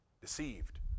Deceived